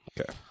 Okay